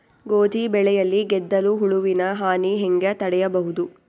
ಗೋಧಿ ಬೆಳೆಯಲ್ಲಿ ಗೆದ್ದಲು ಹುಳುವಿನ ಹಾನಿ ಹೆಂಗ ತಡೆಬಹುದು?